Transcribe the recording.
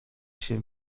się